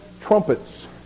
trumpets